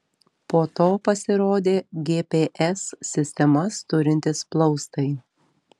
po to pasirodė gps sistemas turintys plaustai